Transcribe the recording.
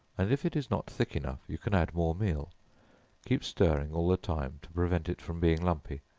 and if it is not thick enough you can add more meal keep stirring all the time to prevent it from being lumpy.